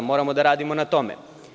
Moramo da radimo na tome.